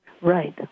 Right